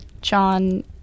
John